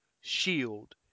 shield